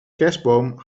kerstboom